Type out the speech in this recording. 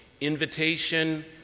invitation